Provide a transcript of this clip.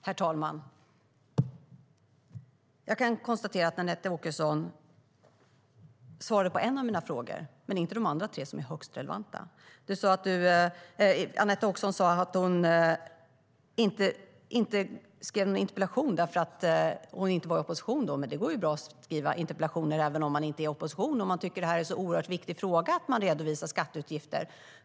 Herr talman! Jag kan konstatera att Anette Åkesson svarade på en av mina frågor men inte på de andra tre, som är högst relevanta. Anette Åkesson sa att hon inte skrev någon interpellation därför att hon inte var i opposition då. Men det går ju bra att skriva interpellationer även om man inte är i opposition, om man tycker att det är en så oerhört viktig fråga att man redovisar skatteutgifter.